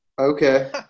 Okay